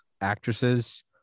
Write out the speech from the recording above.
actresses